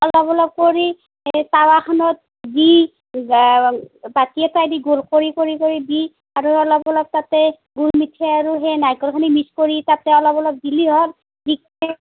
অলপ অলপ কৰি এ তাৱাখনত দি বাতি এটাইদি গোল কৰি কৰি কৰি দি আৰু অলপ অলপ তাতে গুড় মিঠৈ আৰু সেই নাৰিকলখিনি মিক্স কৰি তাতে অলপ অলপ দিলেই হ'ল